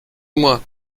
moi